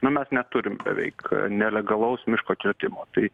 nu mes neturim beveik nelegalaus miško kirtimo tai